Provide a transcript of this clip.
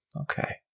Okay